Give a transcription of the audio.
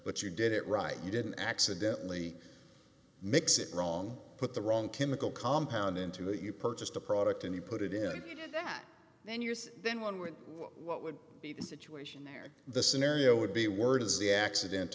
but you did it right you didn't accidently mix it wrong put the wrong chemical compound into it you purchased a product and you put it in then use then one would what would be the situation there the scenario would be words the accident